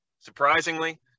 Surprisingly